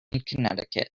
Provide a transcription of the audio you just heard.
connecticut